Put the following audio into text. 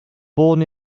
born